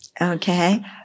Okay